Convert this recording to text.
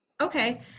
Okay